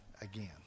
again